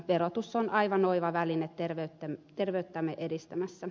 verotus on aivan oiva väline terveyttämme edistämässä